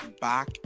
back